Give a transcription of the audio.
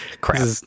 crap